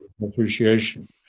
appreciation